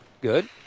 Good